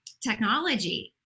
technology